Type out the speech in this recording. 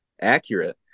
accurate